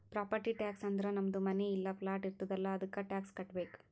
property tax ಅಂದುರ್ ನಮ್ದು ಮನಿ ಇಲ್ಲಾ ಪ್ಲಾಟ್ ಇರ್ತುದ್ ಅಲ್ಲಾ ಅದ್ದುಕ ಟ್ಯಾಕ್ಸ್ ಕಟ್ಟಬೇಕ್